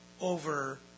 over